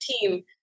team